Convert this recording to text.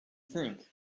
think